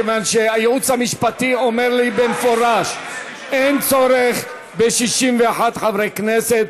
כיוון שהייעוץ המשפטי אומר לי במפורש: אין צורך ב-61 חברי כנסת,